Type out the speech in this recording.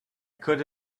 could